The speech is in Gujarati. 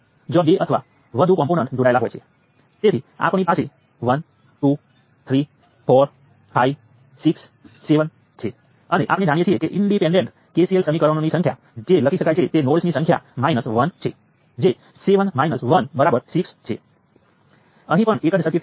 તેથી બંધારણને સમજવું ખૂબ જ મહત્વપૂર્ણ છે કારણ કે સામાન્ય રીતે જ્યારે તમે સર્કિટ એનાલિસિસ સાથે પ્રારંભ કરો છો ત્યારે તમે સર્કિટને જુઓ છો અને પછી નોડ 2 માટેના મહત્વપૂર્ણ લૂપ તરીકે કંઈક ઓળખી શકો છો અથવા તે તમારા માટે જે અનુકૂળ હોય તે હોઈ શકે છે